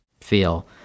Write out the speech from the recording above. feel